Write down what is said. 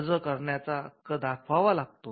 अर्ज करण्याचा हक्क दाखवावा लागतो